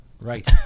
Right